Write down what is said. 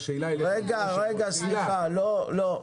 שמופיעים ברשימה?